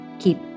keep